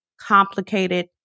complicated